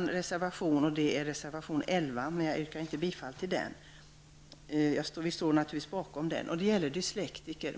reservation nr 11, även om jag inte yrkar bifall till den. Vi står bakom denna reservation som behandlar dyslektiker.